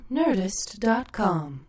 nerdist.com